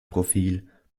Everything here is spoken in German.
profil